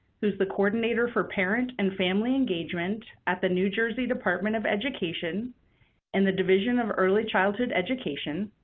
who's the coordinator for parent and family engagement at the new jersey department of education and the division of early childhood education,